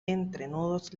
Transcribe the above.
entrenudos